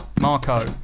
Marco